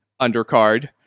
undercard